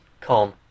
con